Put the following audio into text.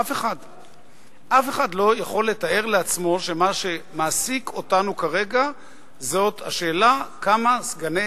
אף אחד לא יכול לתאר לעצמו שמה שמעסיק אותנו כרגע זה השאלה כמה סגני